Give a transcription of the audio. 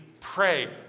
pray